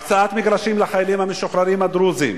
הקצאת מגרשים לחיילים המשוחררים הדרוזים,